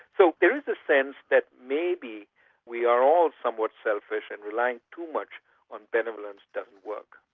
so there is a sense that maybe we are all somewhat selfish and relying too much on benevolence doesn't work.